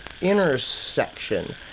intersection